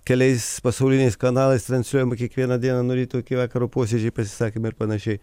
keliais pasauliniais kanalais transliuojama kiekvieną dieną nuo ryto iki vakaro posėdžiai pasisakymai ir panašiai